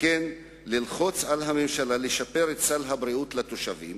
וכן ללחוץ על הממשלה לשפר את סל הבריאות לתושבים,